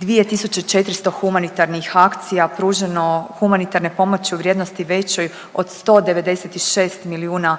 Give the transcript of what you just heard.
2400 humanitarnih akcija pruženo humanitarne pomoći u vrijednosti većoj od 196 milijuna